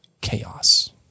chaos